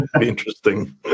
Interesting